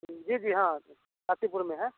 जी जी हाँ समस्तीपुर में है